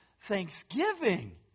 thanksgiving